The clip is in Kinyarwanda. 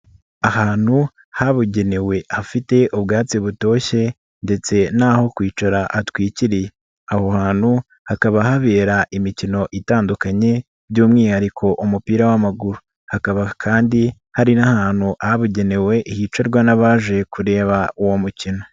Ahantu habugenewe afite ubwatsi butoshye ndetse naho kwicara atwikiriye, aho hantu hakaba habera imikino itandukanye by'umwihariko umupira w'amaguru, hakaba kandi hari n'ahantu habugenewe hicarwa n'abaje kureba uwo mukino.